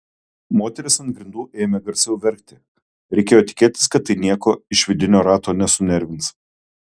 moteris ant grindų ėmė garsiau verkti reikėjo tikėtis kad tai nieko iš vidinio rato nesunervins